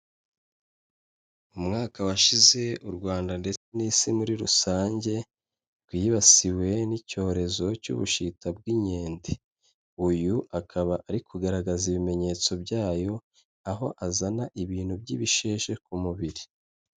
Umwaka washize u Rwanda ndetse n'Isi muri rusange, rwibasiwe n'Icyorezo cy'ubushita bw'inkende, uyu akaba ari kugaragaza ibimenyetso byayo aho azana ibintu by'ibisheshe ku mubiri.